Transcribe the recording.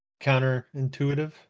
counterintuitive